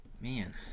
Man